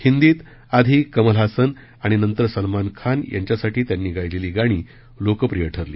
हिंदीत आधी कमलहासन आणि नंतर सलमान खान यांच्यासाठी त्यांनी गायलेली गाणी लोकप्रिय ठरली